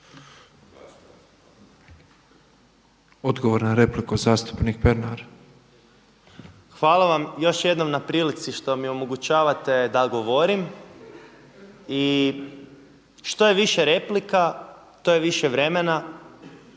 Odgovor na repliku zastupnik Pernar. **Pernar, Ivan (Abeceda)** Hvala vam još jednom na prilici što mi omogućavate da govorim i što je više replika, to je više vremena